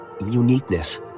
Uniqueness